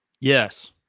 Yes